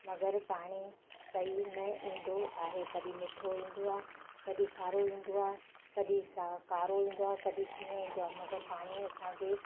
मगरि पाणी सही न ईंदो आहे कॾहिं मिठो ईंदो आहे कॾहिं खारो ईंदो आहे कॾहिं स कारो ईंदो आहे कॾहिं कीअं ईंदो आहे मगरि पाणी असांखे